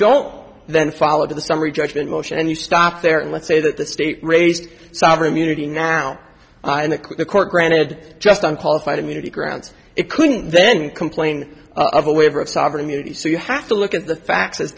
don't then follow the summary judgment motion and you stop there and let's say that the state raised sovereign immunity now and the court granted just on qualified immunity grounds it couldn't then complain of a waiver of sovereign immunity so you have to look at the fact